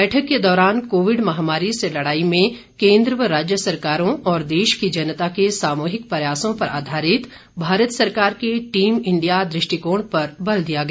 बैठक के दौरान कोविड महामारी से लड़ाई में केन्द्र व राज्य सरकारों और देश की जनता के सामूहिक प्रयासों पर आधारित भारत सरकार के टीम इंडिया दृष्टिकोण पर बल दिया गया